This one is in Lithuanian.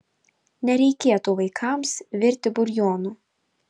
nereikėtų vaikams virti buljonų